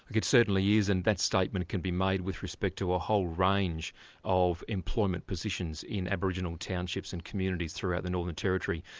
it certainly is, and that statement can be made with respect to a whole range of employment positions in aboriginal townships and communities throughout the northern territory.